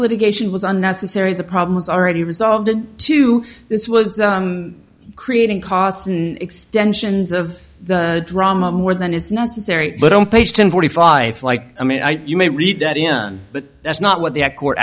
litigation was unnecessary the problems already resulted to this was creating costs in extensions of the drama more than is necessary but on page ten forty five like i mean you may read that in but that's not what the court